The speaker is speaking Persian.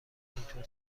اینطور